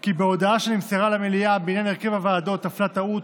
כי בהודעה שנמסרה למליאה בעניין הרכב הוועדות נפלה טעות,